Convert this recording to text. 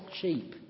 cheap